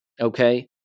okay